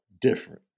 different